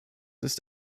ist